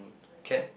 can